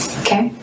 okay